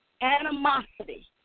animosity